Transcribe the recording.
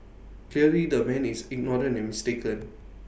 clearly the man is ignorant and mistaken